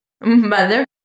Mother